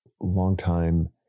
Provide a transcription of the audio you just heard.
longtime